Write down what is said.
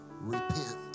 repent